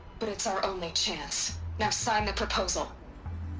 but it's our only chance now sign the proposal!